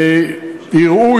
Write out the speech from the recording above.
יראו,